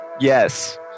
Yes